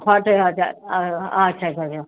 हा ते अच्छा अच्छा च्छा च्छा